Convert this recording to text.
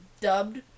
dubbed